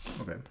Okay